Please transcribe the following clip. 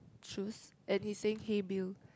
shoes and he's saying hey Bill